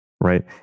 Right